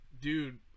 dude